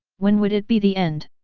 when would it be the end?